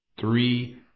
three